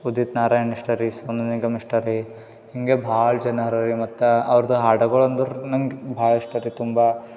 ಉದಿತ್ ನಾರಾಯಣ್ ಇಷ್ಟ ರೀ ಸೋನು ನಿಗಮ್ ಇಷ್ಟ ರೀ ಹೀಗೆ ಭಾಳ ಜನ ಅವ್ರ ರೀ ಮತ್ತು ಅವ್ರ್ದು ಹಾಡಗಳು ಅಂದರ್ ನಂಗೆ ಭಾಳ ಇಷ್ಟ ರೀ ತುಂಬ